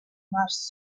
mars